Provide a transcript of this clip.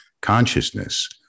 consciousness